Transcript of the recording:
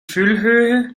füllhöhe